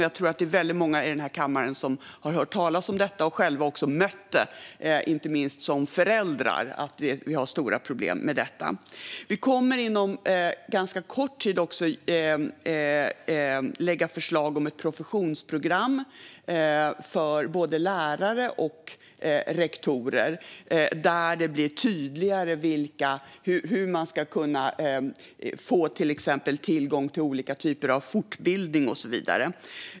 Jag tror att det är väldigt många i den här kammaren som har hört talas om detta och också själva, inte minst som föräldrar, stött på de problem som finns med detta i skolan. Vi kommer inom ganska kort tid också att lägga fram förslag om ett professionsprogram för lärare och rektorer där det blir tydligare hur man till exempel ska kunna få tillgång till olika typer av fortbildning och så vidare.